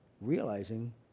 realizing